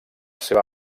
seva